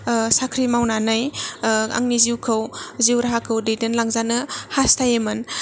साख्रि मावनानै आंनि जिवखौ जिव राहाखौ दैदनलांजानो हास्थायोमोन